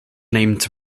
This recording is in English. named